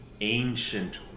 ancient